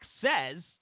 says